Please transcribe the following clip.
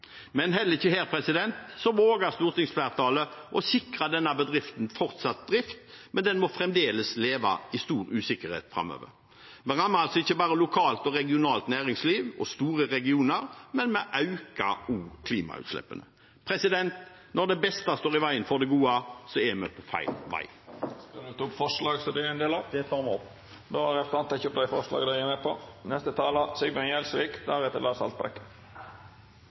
Men heller ikke her våger stortingsflertallet å sikre denne bedriften fortsatt drift – den må fremdeles leve i stor usikkerhet framover. Man rammer altså ikke bare lokalt og regionalt næringsliv og store regioner, vi øker også klimautslippene. Når det beste står i veien for det gode, er vi på feil vei. Jeg tar opp de forslagene Fremskrittspartiene er en del av. Representanten Terje Halleland har teke opp dei forslaga han refererte til. Verdensarvfjordene, både Nærøyfjorden og Geirangerfjorden, er